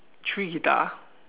three guitar